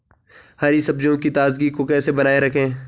हरी सब्जियों की ताजगी को कैसे बनाये रखें?